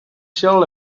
surely